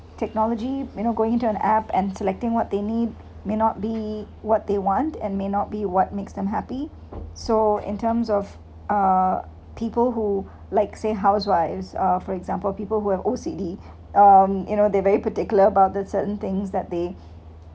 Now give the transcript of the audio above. technology you know going into an app and selecting what they need may not be what they want and may not be what makes them happy so in terms of uh people who like say housewives uh for example people who have O_C_D um you know they're very particular about the certain things that they